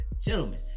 gentlemen